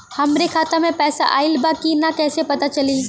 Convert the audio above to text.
हमरे खाता में पैसा ऑइल बा कि ना कैसे पता चली?